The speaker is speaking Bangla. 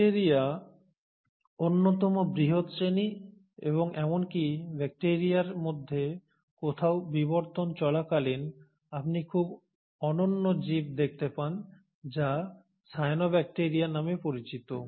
ব্যাকটিরিয়া অন্যতম বৃহৎ শ্রেণি এবং এমনকি ব্যাকটেরিয়ার মধ্যে কোথাও বিবর্তন চলাকালীন আপনি খুব অনন্য জীব দেখতে পান যা সায়ানোব্যাকটিরিয়া নামে পরিচিত